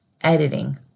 editing